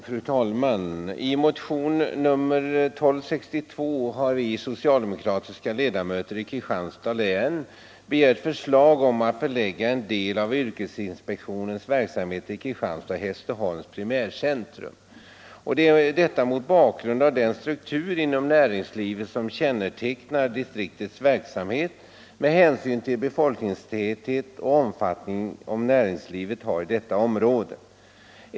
Fru talman! I motion nr 1262 har vi socialdemokratiska ledamöter i Kristianstads län begärt förslag om att man skall förlägga en del av yrkesinspektionens verksamhet till Kristianstad-Hässleholms primärcentrum. Detta har vi begärt mot bakgrund av den struktur inom näringslivet som kännetecknar distriktets verksamhet och med hänsyn till befolkningstätheten och den omfattning näringslivet har i detta område.